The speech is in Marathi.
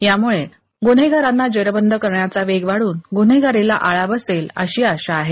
यामुळ गुन्हेगारांना जेरबंद करण्याचा वेग वाढून गुन्हेगारीला आळा बसेल अशी आशा आहे